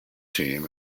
team